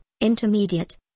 intermediate